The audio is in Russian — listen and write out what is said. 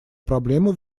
проблемы